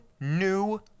new